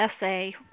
essay